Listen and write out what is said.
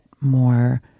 more